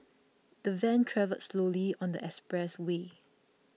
the van travelled slowly on the expressway